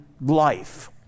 life